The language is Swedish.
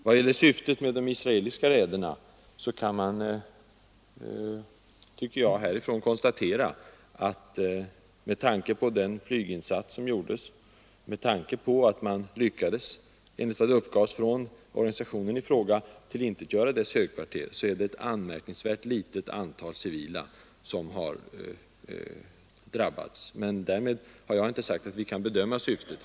Vad gäller syftet med de israeliska räderna kan — med tanke på den flyginsats som gjordes och med tanke på att man, enligt vad som uppgavs från organisationen i fråga, lyckades tillintetgöra organisationens högkvarter — konstateras att det är ett anmärkningsvärt litet antal civila som har drabbats, oavsett hur tragiskt det är i varje enskilt fall.